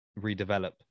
redevelop